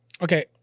Okay